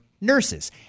nurses